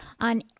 on